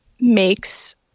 makes